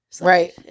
Right